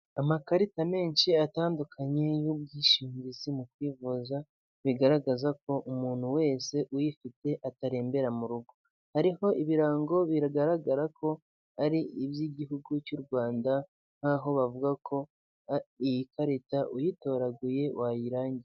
Amakarita menshi atandukanye y'ubwishingizi mu kwivuza, bigaragaza ko umuntu wese uyifite atarembera mu rugo. Ariho ibirango bigaragara ko ari iby'Igihugu cy'u Rwanda nkaho bavuga ko iyi karita uyitoraguye wayirangisha.